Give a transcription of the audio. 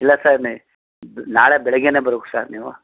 ಇಲ್ಲ ಸರ್ ನಿ ಇದು ನಾಳೆ ಬೆಳಿಗ್ಗೆನೆ ಬರ್ಬೇಕು ಸರ್ ನೀವು